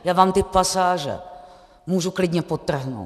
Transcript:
Já vám ty pasáže můžu klidně podtrhnout.